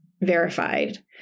verified